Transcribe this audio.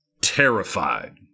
terrified